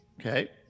Okay